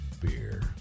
beer